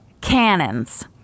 cannons